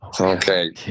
Okay